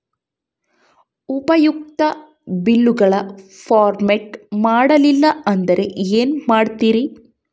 ಉಪಯುಕ್ತತೆ ಬಿಲ್ಲುಗಳ ಪೇಮೆಂಟ್ ಮಾಡಲಿಲ್ಲ ಅಂದರೆ ಏನು ಮಾಡುತ್ತೇರಿ?